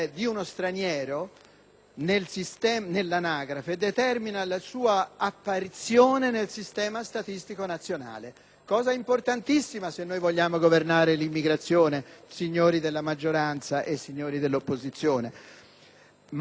apparizione nel sistema statistico nazionale, circostanza importantissima se noi vogliamo governare l'immigrazione, signori della maggioranza e signori dell'opposizione. Se io subordino l'iscrizione all'anagrafe